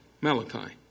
Malachi